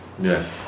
Yes